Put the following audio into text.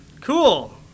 Cool